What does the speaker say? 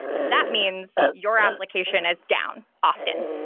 that means your application is down often.